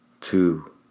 two